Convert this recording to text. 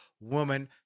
woman